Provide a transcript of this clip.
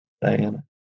Diana